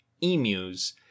emus